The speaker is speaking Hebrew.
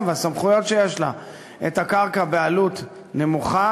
והסמכויות שיש לה את הקרקע בעלות נמוכה,